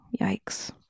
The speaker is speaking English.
Yikes